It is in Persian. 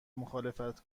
مخالفت